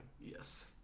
yes